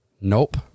Nope